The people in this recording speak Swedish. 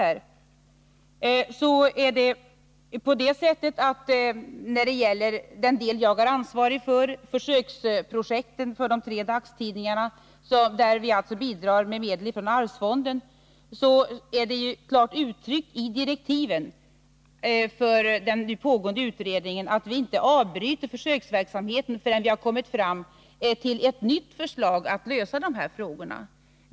När det gäller den del jag är ansvarig för, dvs. försöksprojektet för de tre dagstidningarna där vi bidrar med medel från arvsfonden, så är det klart uttryckt i direktiven för den pågående utredningen att vi inte skall avbryta försöksverksamheten förrän vi har kommit fram till ett nytt förslag att lösa frågan.